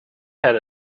had